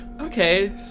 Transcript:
Okay